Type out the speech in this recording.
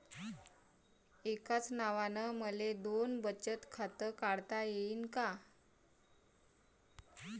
एकाच नावानं मले दोन बचत खातं काढता येईन का?